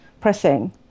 pressing